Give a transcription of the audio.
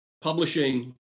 publishing